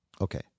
Okay